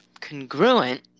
congruent